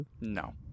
No